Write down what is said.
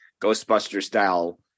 Ghostbuster-style